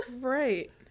Right